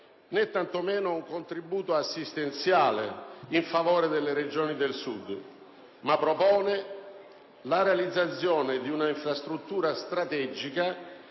né tanto meno un contributo assistenziale in favore delle Regioni del Sud, ma propone la realizzazione di un'infrastruttura strategica